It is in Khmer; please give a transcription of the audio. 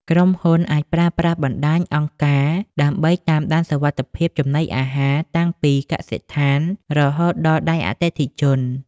ក្រុមហ៊ុនអាចប្រើប្រាស់បណ្ដាញអង្គការ ដើម្បីតាមដានសុវត្ថិភាពចំណីអាហារតាំងពីកសិដ្ឋានរហូតដល់ដៃអតិថិជន។